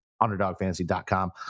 underdogfantasy.com